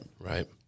Right